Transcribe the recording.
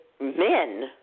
Men